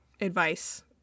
advice